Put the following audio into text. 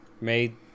made